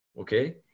okay